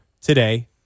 today